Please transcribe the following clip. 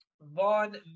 Vaughn